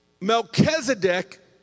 Melchizedek